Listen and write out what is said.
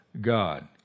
God